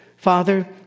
Father